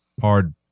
hard